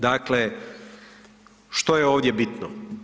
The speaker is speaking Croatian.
Dakle, što je ovdje bitno?